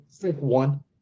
One